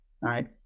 right